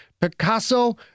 Picasso